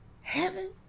Heaven